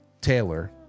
Taylor